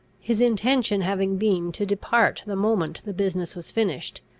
his intention having been to depart the moment the business was finished,